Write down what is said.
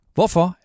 Hvorfor